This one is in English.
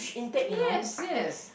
yes yes